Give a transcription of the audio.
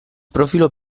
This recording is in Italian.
profilo